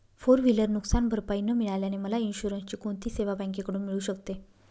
Four wheeler नुकसानभरपाई न मिळाल्याने मला इन्शुरन्सची कोणती सेवा बँकेकडून मिळू शकते?